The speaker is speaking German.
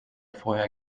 vorher